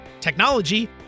technology